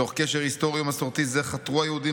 מתוך קשר היסטורי ומסורתי זה חתרו היהודים